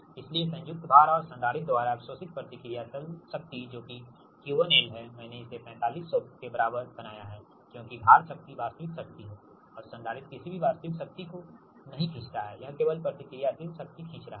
इसलिए संयुक्त भार और संधारित्र द्वारा अवशोषित प्रतिक्रियाशील शक्ति जो कि 𝑄1L है मैंने इसे 4500 के बराबर बनाया है क्योंकि भार शक्ति वास्तविक शक्ति है और संधारित्र किसी भी वास्तविक शक्ति को नही खींचता है यह केवल प्रतिक्रियाशील शक्ति खींच रहा है